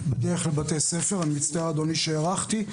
בדרך כלל בתי ספר, אני מצטער אדוני שהארכתי.